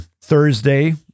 Thursday